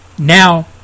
now